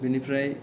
बिनिफ्राय